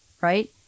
right